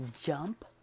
jump